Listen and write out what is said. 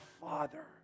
Father